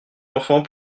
enfants